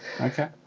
Okay